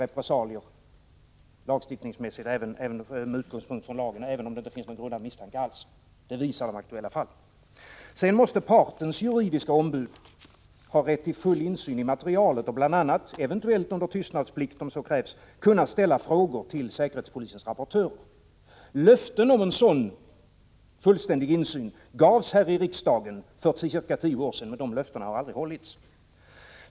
En person kan med utgångspunkt i lagen råka ut för repressalier även om det inte finns någon som helst misstanke. Det visar de aktuella fallen. Vidare måste partens juridiska ombud ha rätt till full insyn i materialet och bl.a. — eventuellt under tystnadsplikt, om så krävs — kunna ställa frågor till säkerhetspolisens rapportörer. Löften om en sådan fullständig insyn gavs här i riksdagen för ca tio år sedan, men de löftena har aldrig hållits.